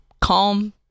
calm